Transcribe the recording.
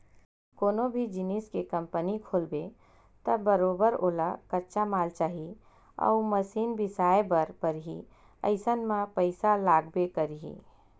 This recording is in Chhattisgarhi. कोनो भी जिनिस के कंपनी खोलबे त बरोबर ओला कच्चा माल चाही अउ मसीन बिसाए बर परही अइसन म पइसा लागबे करही